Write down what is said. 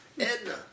Edna